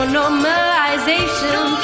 normalization